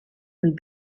und